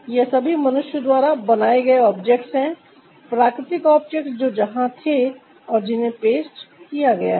यह सभी मनुष्य द्वारा बनाए गए ऑब्जेक्ट्स है प्राकृतिक ऑब्जेक्ट्स जो वहां थे और जिन्हें पेस्ट किया गया है